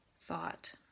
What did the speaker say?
thought